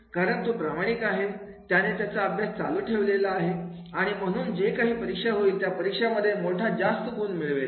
कारण तो प्रामाणिक आहे त्याने त्याचा अभ्यास चालू ठेवलेला आणि म्हणून जे काही परीक्षा होईल त्या परीक्षा मध्ये मोठा जास्त गुण मिळवेल